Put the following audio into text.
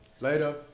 Later